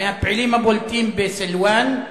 מהפעילים הבולטים בסילואן,